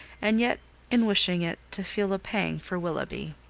and yet in wishing it, to feel a pang for willoughby.